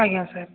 ଆଜ୍ଞା ସାର୍